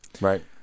Right